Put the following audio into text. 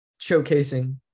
showcasing